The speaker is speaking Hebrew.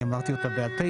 אני אמרתי אותה בעל פה,